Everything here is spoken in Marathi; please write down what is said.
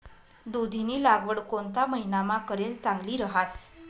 दुधीनी लागवड कोणता महिनामा करेल चांगली रहास